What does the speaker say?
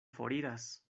foriras